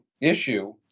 issue